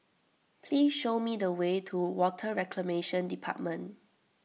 please show me the way to Water Reclamation Department